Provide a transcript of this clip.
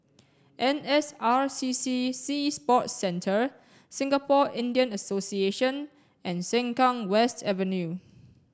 N S R C C Sea Sports Centre Singapore Indian Association and Sengkang West Avenue